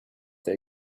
they